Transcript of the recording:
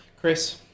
Chris